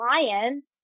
alliance